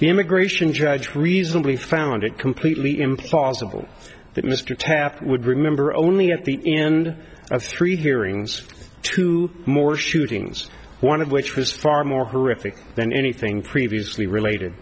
adequate immigration judge reasonably found it completely implausible that mr taft would remember only at the end of three hearings two more shootings one of which was far more horrific than anything previously related